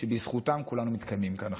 שבזכותם כולנו מתקיימים כאן עכשיו.